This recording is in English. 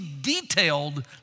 detailed